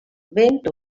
vent